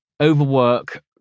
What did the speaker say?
Overwork